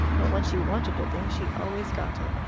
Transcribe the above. but when she wanted a thing she always got it.